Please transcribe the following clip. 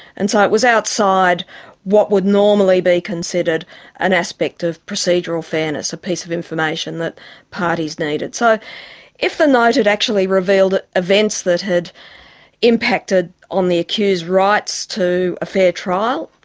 and so it was outside what would normally be considered an aspect of procedural fairness, a piece of information that parties needed. so if the note had actually revealed ah events that had impacted on the accused's rights to a fair trial,